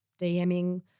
DMing